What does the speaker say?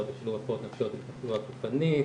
בשילוב הפרעות נפשיות ותחלואה גופנית,